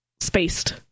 Spaced